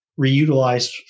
reutilized